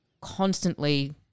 constantly –